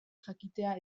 jakitea